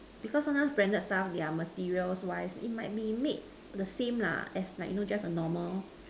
because sometimes branded stuff their material wise it might be made the same lah as like you know as the normal